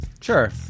Sure